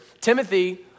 Timothy